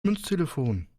münztelefon